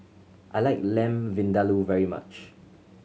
I like Lamb Vindaloo very much